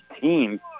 team